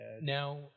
Now